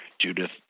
Judith